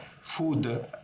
food